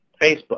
Facebook